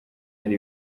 hari